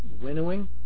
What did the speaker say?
winnowing